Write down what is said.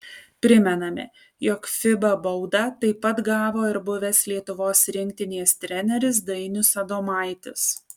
primename jog fiba baudą taip pat gavo ir buvęs lietuvos rinktinės treneris dainius adomaitis